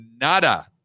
nada